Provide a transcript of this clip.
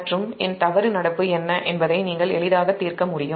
மற்றும் என் தவறு நடப்பு என்ன என்பதை நீங்கள் எளிதாக தீர்க்க முடியும்